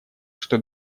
что